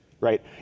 Right